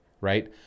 Right